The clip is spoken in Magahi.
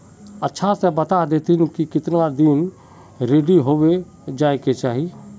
अच्छा से बता देतहिन की कीतना दिन रेडी होबे जाय के चही?